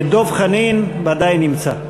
דב חנין, ודאי נמצא.